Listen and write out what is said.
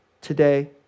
today